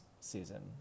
season